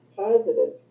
Positive